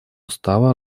устава